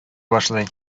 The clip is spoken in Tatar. башлый